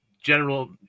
general